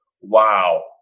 wow